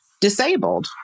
disabled